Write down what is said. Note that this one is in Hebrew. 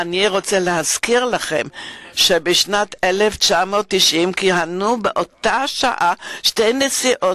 אני רוצה להזכיר לכם שבשנת 1990 כיהנו באותה העת שתי נשיאות